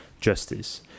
justice